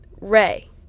Ray